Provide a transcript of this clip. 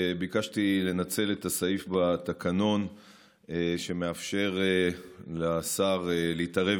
ביקשתי לנצל את הסעיף בתקנון שמאפשר לשר להתערב